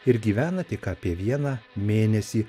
ir gyvena tik apie vieną mėnesį